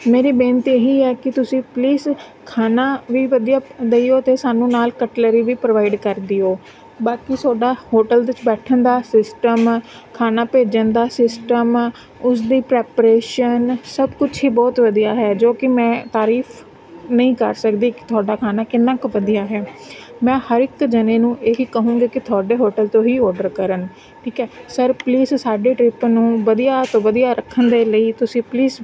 ਮੇਰੀ ਬੇਨਤੀ ਇਹ ਹੀ ਹੈ ਕਿ ਤੁਸੀਂ ਪਲੀਸ ਖਾਣਾ ਵੀ ਵਧੀਆ ਦਿਓ ਅਤੇ ਸਾਨੂੰ ਨਾਲ ਕਟਲਰੀ ਵੀ ਪ੍ਰੋਵਾਈਡ ਕਰ ਦਿਓ ਬਾਕੀ ਤੁਹਾਡਾ ਹੋਟਲ ਵਿੱਚ ਬੈਠਣ ਦਾ ਸਿਸਟਮ ਖਾਣਾ ਭੇਜਣ ਦਾ ਸਿਸਟਮ ਉਸਦੀ ਪ੍ਰੈਪਰੇਸ਼ਨ ਸਭ ਕੁਛ ਹੀ ਬਹੁਤ ਵਧੀਆ ਹੈ ਜੋ ਕਿ ਮੈਂ ਤਰੀਫ਼ ਨਹੀਂ ਕਰ ਸਕਦੀ ਕਿ ਤੁਹਾਡਾ ਖਾਣਾ ਕਿੰਨਾ ਕੁ ਵਧੀਆ ਹੈ ਮੈਂ ਹਰ ਇੱਕ ਜਾਣੇ ਨੂੰ ਇਹ ਹੀ ਕਹੂੰਗੀ ਕਿ ਤੁਹਾਡੇ ਹੋਟਲ ਤੋਂ ਹੀ ਓਡਰ ਕਰਨ ਠੀਕ ਹੈ ਸਰ ਪਲੀਸ ਸਾਡੇ ਟ੍ਰਿਪ ਨੂੰ ਵਧੀਆ ਤੋਂ ਵਧੀਆ ਰੱਖਣ ਦੇ ਲਈ ਤੁਸੀਂ ਪਲੀਸ